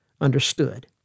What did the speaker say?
understood